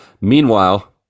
meanwhile